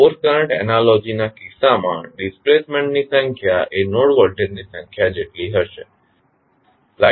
force current એનાલોજીના કેસમાં ડિસ્પ્લેસમેન્ટની સંખ્યા એ નોડ વોલ્ટેજની સંખ્યા જેટલી હશે